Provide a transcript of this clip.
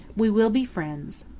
we will be friends.